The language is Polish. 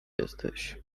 jesteś